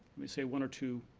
me say one or two,